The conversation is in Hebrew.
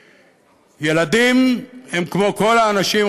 ילדים הם כמו כל האנשים,